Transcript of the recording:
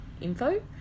info